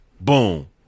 boom